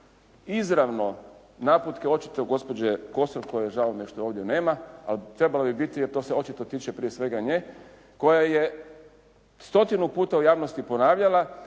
izravno naputke očito gospođe Kosor koje žao mi je što je ovdje nema, ali trebala bi biti jer to se očito tiče prije svega nje koja je stotinu puta u javnosti ponavljala